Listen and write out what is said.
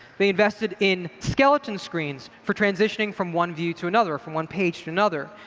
they invested in skeleton screens for transitioning from one view to another, from one page to another.